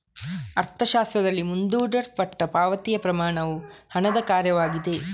ಅರ್ಥಶಾಸ್ತ್ರದಲ್ಲಿ, ಮುಂದೂಡಲ್ಪಟ್ಟ ಪಾವತಿಯ ಪ್ರಮಾಣವು ಹಣದ ಕಾರ್ಯವಾಗಿದೆ